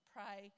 Pray